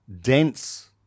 dense